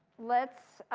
let's